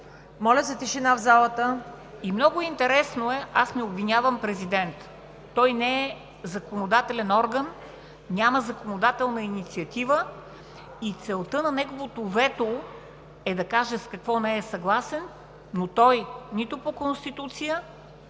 Моля за тишина в залата.